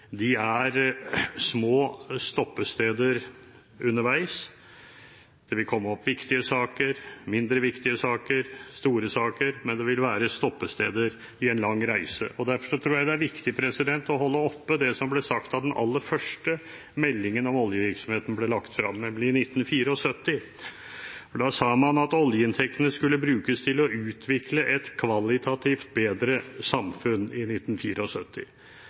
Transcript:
små stoppesteder underveis. Det vil komme opp viktige saker, mindre viktige saker, store saker, men det vil være stoppesteder i en lang reise, og derfor tror jeg det er viktig å holde oppe det som ble sagt da den aller første meldingen om oljevirksomheten ble lagt fram, nemlig i 1974, for da sa man at oljeinntektene skulle brukes til å utvikle «et kvalitativt bedre samfunn». Det sa man i